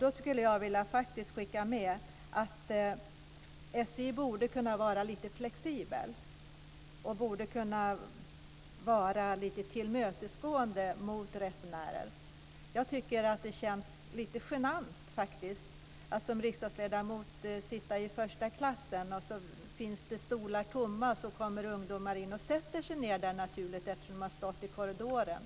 Då skulle jag vilja skicka med att SJ borde kunna vara lite flexibelt och tillmötesgående mot resenärer. Jag tycker att det känns lite genant att som riksdagsledamot sitta i första klass och det finns tomma stolar men ungdomar får stå i korridoren.